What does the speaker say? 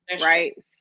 right